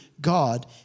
God